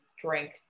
drink